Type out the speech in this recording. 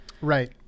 right